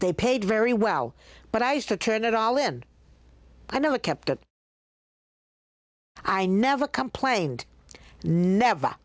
they paid very well but i used to turn it all in i know it kept it i never complained never